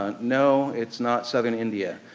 um no, it's not southern india.